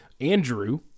Andrew